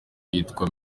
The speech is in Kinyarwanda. yitwa